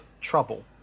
trouble